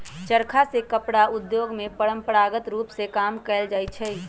चरखा से कपड़ा उद्योग में परंपरागत रूप में काम कएल जाइ छै